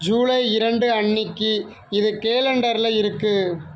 ஜூலை இரண்டு அன்னைக்கி இது கேலண்டரில் இருக்கு